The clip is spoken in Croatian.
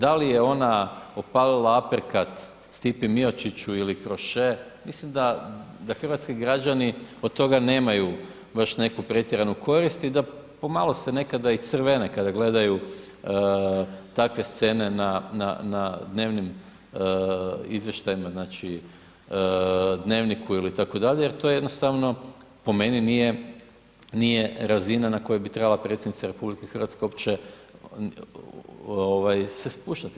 Da li je ona opalila aperkat Stipi Miočiću ili kroše, mislim da hrvatski građani od toga nemaju baš nekakvu pretjeranu korist i da pomalo se nekada i crvene kada gledaju takve scene na dnevnim izvještajima, znači dnevniku ili tako dalje jer to jednostavno po meni nije razina na kojoj bi trebala predsjednica RH uopće se spuštati.